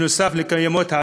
נוסף על הקיימות,